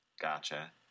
gotcha